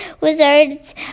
wizards